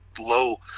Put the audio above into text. low